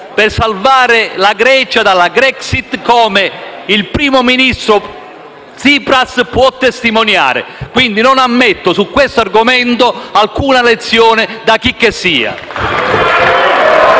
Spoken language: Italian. per salvare la Grecia dalla Grexit, come il primo ministro Tsipras può testimoniare. Quindi non ammetto su questo argomento alcuna lezione da chicchessia.